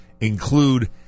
include